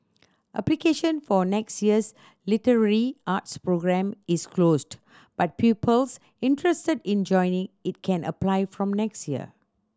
application for next year's literary arts programme is closed but pupils interested in joining it can apply from next year